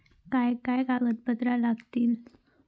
काय काय कागदपत्रा लागतील?